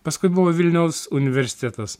paskui buvo vilniaus universitetas